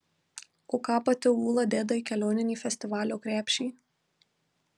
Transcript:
o ką pati ūla deda į kelioninį festivalio krepšį